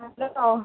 hello